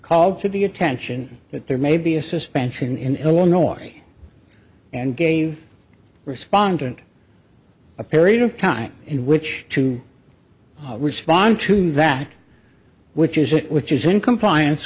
called to the attention that there may be a suspension in illinois and gave respondent a period of time in which to respond to that which is it which is in compliance